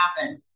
happen